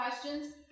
questions